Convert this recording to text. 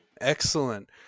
Excellent